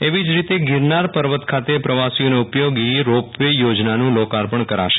એવી જ રીતે ગીરનાર પર્વત ખાતે પ્રવાસીઓને ઉપયોગી રોપ વે યોજનાનું લોકાર્પણ કરાશે